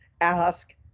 ask